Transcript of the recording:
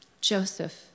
Joseph